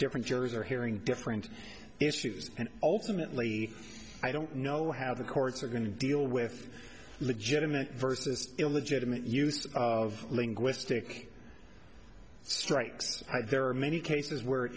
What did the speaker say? different juries are hearing different issues and ultimately i don't know how the courts are going to deal with legitimate versus illegitimate use of linguistic strikes there are many cases where